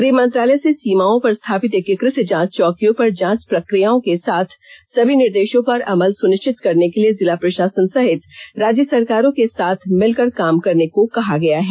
गृह मंत्रालय से सीमाओं पर स्थापित एकीकृत जांच चौकियों पर जांच प्रक्रियाओं के साथ सभी निर्देशों पर अमल सुनिश्चित करने के लिए जिला प्रशासन सहित राज्य सरकारों के साथ मिलकर काम करने को कहा गया है